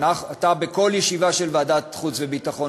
אתה בכל ישיבה של ועדת החוץ והביטחון,